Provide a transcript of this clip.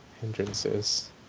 hindrances